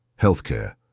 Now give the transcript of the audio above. Healthcare